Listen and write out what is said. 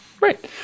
Right